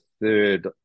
third